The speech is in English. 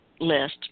list